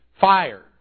fire